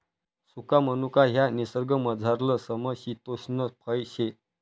सुका मनुका ह्या निसर्गमझारलं समशितोष्ण फय शे